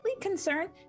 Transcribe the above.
concerned